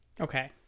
okay